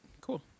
Cool